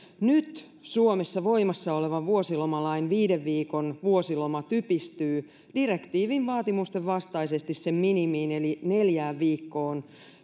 nyt suomessa voimassa olevan vuosilomalain viiden viikon vuosiloma typistyy direktiivin vaatimusten vastaisesti sen minimiin eli neljään viikkoon